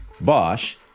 Bosch